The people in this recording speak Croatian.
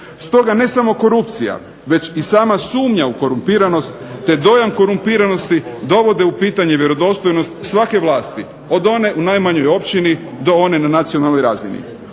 Stoga ne samo korupcija već i sama sumnja u korumpiranost, te dojam korumpiranosti dovode u pitanje vjerodostojnost svake vlasti od one u najmanjoj općini do one na nacionalnoj razini.